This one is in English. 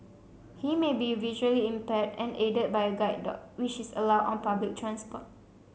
he may be visually impaired and aided by a guide dog which is allowed on public transport